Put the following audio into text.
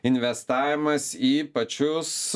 investavimas į pačius